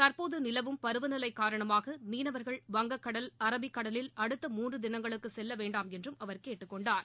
தற்போது நிலவும் பருவநிலை காரணமாக மீனவர்கள் வங்ககடல் அரபிக்கடலில் அடுத்த மூன்று தினங்களுக்கு செல்லவேண்டாம் என்றும் அவர் கேட்டுக்கொண்டார்